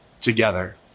together